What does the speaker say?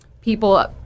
people